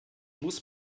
muss